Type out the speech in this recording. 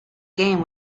game